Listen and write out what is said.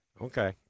Okay